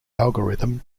algorithm